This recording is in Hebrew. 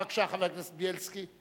בבקשה, חבר הכנסת בילסקי.